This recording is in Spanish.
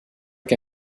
que